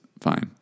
fine